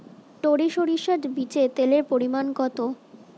টরি সরিষার বীজে তেলের পরিমাণ কত?